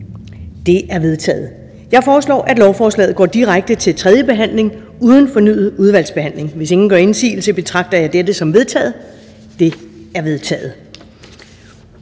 De er vedtaget. Jeg foreslår, at lovforslaget går direkte til tredje behandling uden fornyet udvalgsbehandling. Hvis ingen gør indsigelse, betragter jeg dette som vedtaget. Det er vedtaget.